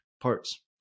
parts